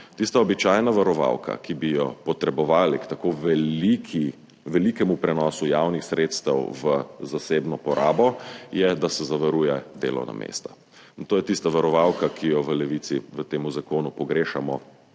Tista običajna varovalka, ki bi jo potrebovali pri tako velikem prenosu javnih sredstev v zasebno porabo, je, da se zavaruje delovna mesta. To je tista varovalka, ki jo v Levici v tem zakonu pogrešamo,